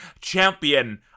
champion